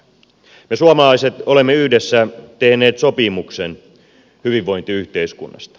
me suomalaiset olemme yhdessä tehneet sopimuksen hyvinvointiyhteiskunnasta